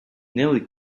nearly